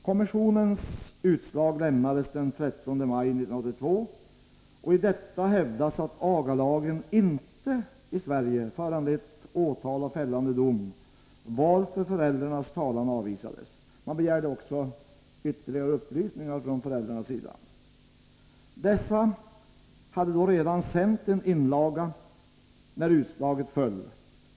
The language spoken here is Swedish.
Kommissionens utslag lämnades den 13 maj 1982, och i detta hävdas att lagen om aga inte föranlett åtal och fällande dom i Sverige, varför föräldrarnas talan avvisades. Man begärde också ytterligare upplysningar från föräldrarna. Dessa sände en inlaga, men då hade redan utslaget fallit.